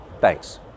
Thanks